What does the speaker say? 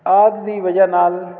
ਆਦਿ ਦੀ ਵਜ੍ਹਾ ਨਾਲ